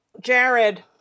Jared